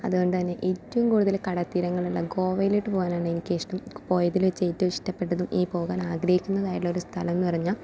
അതുകൊണ്ടു തന്നേ ഏറ്റവും കൂടുതൽ കടൽ തീരങ്ങളുള്ള ഗോവയിലോട്ട് പോകാനാണ് എനിക്കിഷ്ട്ം പോയതിൽ വെച്ചേറ്റവും ഇഷ്ടപ്പെട്ടതും ഇനി പോകാനാഗ്രഹിക്കുന്നതായൊരു സ്ഥലമെന്ന് പറഞ്ഞാൽ